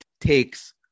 takes